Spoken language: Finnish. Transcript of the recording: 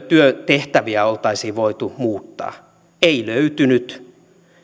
työtehtäviä oltaisiin voitu muuttaa ei löytynyt